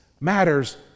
matters